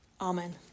Amen